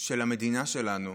של המדינה שלנו,